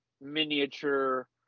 miniature